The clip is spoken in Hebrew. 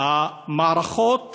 מערכות